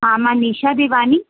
हा मां निशा देवानी